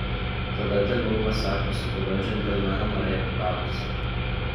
tada tegul pasako su kuriuo džentelmenu norėtų kautis